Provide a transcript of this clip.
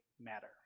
matter